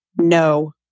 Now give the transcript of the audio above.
No